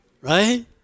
Right